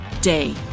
day